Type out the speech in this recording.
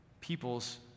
peoples